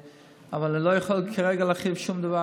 אבל אני לא יכול כרגע להרחיב שום דבר,